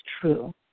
true